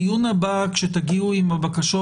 בדיון הבא כשתגיעו עם הבקשות,